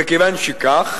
מכיוון שכך,